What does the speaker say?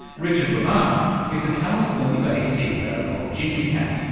richard rabbat is the california-based ceo of gfycat,